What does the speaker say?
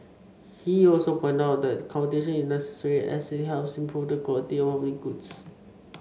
he also pointed out that competition is necessary as it helps improve the quality of public goods